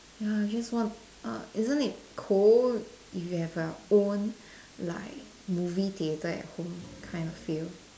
ya I just want uh isn't it cold if you have your own like movie theatre at home kind of feel